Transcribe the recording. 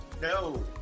No